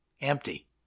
empty